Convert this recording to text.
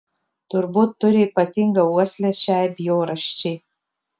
turbūt turi ypatingą uoslę šiai bjaurasčiai